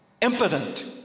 impotent